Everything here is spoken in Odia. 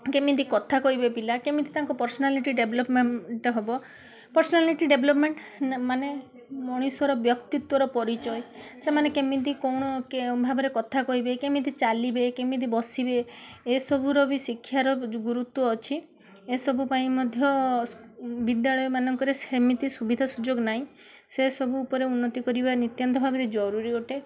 କେମିତି କଥା କହିବେ ପିଲା କେମିତି ତାଙ୍କ ପର୍ସନାଲିଟି ଡେଭଲପ୍ମେଣ୍ଟ ହେବ ପର୍ସନାଲିଟି ଡେଭଲପ୍ମେଣ୍ଟ ମାନେ ମଣିଷ ର ବ୍ୟକ୍ତିତ୍ୱ ର ପରିଚୟ ସେମାନେ କେମିତି କ'ଣ କେ ଭାବରେ କଥା କହିବେ କେମିତି ଚାଲିବେ କେମିତି ବସିବେ ଏସବୁ ର ବି ଶିକ୍ଷା ର ଗୁରୁତ୍ୱ ଅଛି ଏସବୁ ପାଇଁ ମଧ୍ୟ ବିଦ୍ୟାଳୟ ମାନଙ୍କରେ ସେମିତି ସୁବିଧା ସୁଯୋଗ ନାହିଁ ସେ ସବୁ ଉପରେ ଉନ୍ନତ୍ତି କରିବା ନିତ୍ୟାନ୍ତ ଜରୁରୀ ଅଟେ